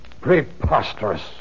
Preposterous